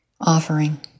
Offering